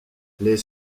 les